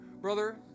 brother